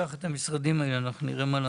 אליכם.